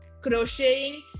crocheting